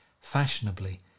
fashionably